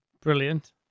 brilliant